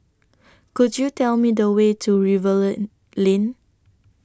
Could YOU Tell Me The Way to Rivervale Lane